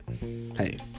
hey